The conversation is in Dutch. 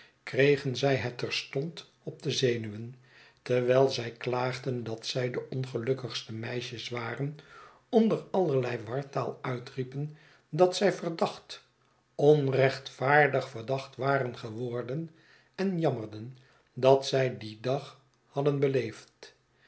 kregen zij het terstond op de zenuwen terwijl zij klaagden dat zij de ongelukkigste meisjes waren onder allerlei wartaal uitriepen dat zij verdacht onrechtvaardig verdacht waren geworden en jammerden dat zij dien dag hadden beleefd